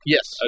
Yes